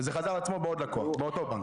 וזה חזר על עצמו באותו בנק.